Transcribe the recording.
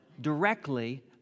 directly